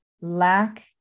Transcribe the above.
lack